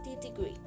degree